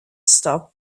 stop